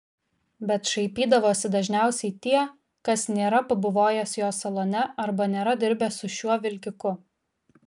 bet šaipydavosi dažniausiai tie kas nėra pabuvojęs jo salone arba nėra dirbęs šiuo vilkiku